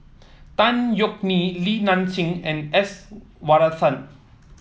Tan Yeok Nee Li Nanxing and S Varathan